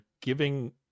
giving